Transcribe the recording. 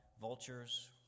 vultures